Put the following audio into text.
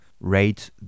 rate